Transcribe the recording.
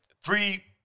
three